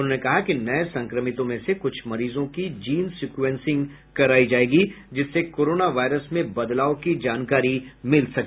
उन्होंने कहा कि नये संक्रमितों में से कुछ मरीजों की जीन सिक्वेंसिंग करायी जायेगी जिससे कोरोना वायरस में बदलाव की जानकारी मिल सके